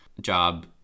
job